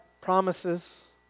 promises